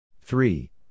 three